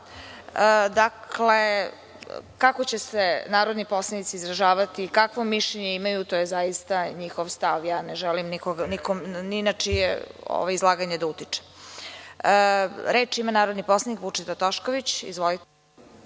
Hvala. Kako će se narodni poslanici izražavati, kakvo mišljenje imaju, to je zaista njihov stav. Ne želim ni na čije izlaganje da utičem. Reč ima narodni poslanik Vučeta Tošković.